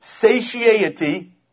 satiety